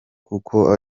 kuko